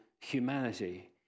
humanity